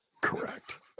Correct